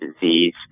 disease